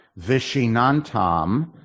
vishinantam